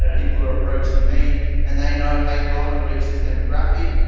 and people are approaching me and they know, hey, if i want to reach this demographic,